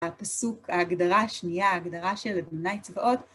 הפסוק, ההגדרה השנייה, הגדרה של במיני צבאות.